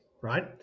right